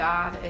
God